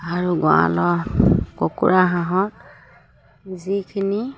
আৰু গঁৰালত কুকুৰা হাঁহৰ যিখিনি